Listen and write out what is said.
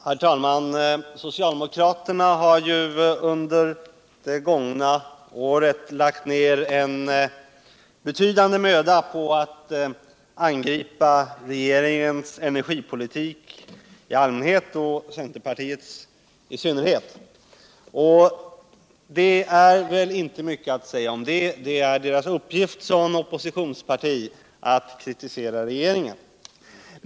Herr talman! Soctialdemokraterna har ju under det gångna året lagt ner en betydande möda på att angripa regeringens energipolitik i allmänhet och centerpartiets i synnerhet. Det är välinte mycket att säga om det. Det är deras uppgift Som oppositionsparti att kritisera regeringen.